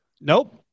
Nope